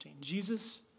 Jesus